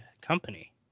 company